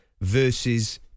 versus